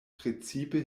precipe